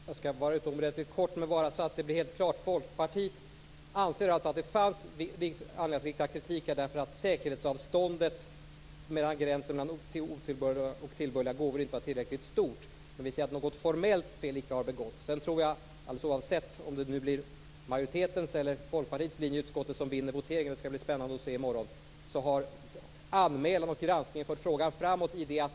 Herr talman! Jag skall fatta mig utomordentligt kort. Jag vill bara gör helt klart att Folkpartiet anser att det fanns anledning att rikta kritik därför att säkerhetsavståndet mellan gränsen för otillbörliga och tillbörliga gåvor inte var tillräckligt stort, men vi säger att något formellt fel icke har begåtts. Oavsett om det blir majoritetens eller Folkpartiets linje i utskottet som vinner voteringen - det skall bli spännande att se i morgon - har anmälan och granskningen fört frågan framåt.